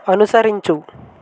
అనుసరించు